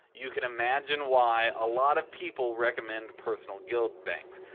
you can imagine why a lot of people recommend personal guild banks.